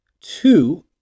Two